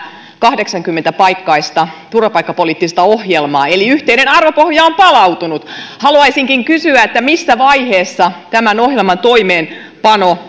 kahdeksankymmentä paikkaista turvapaikkapoliittista ohjelmaa eli yhteinen arvopohja on palautunut haluaisinkin kysyä missä vaiheessa tämän ohjelman toimeenpano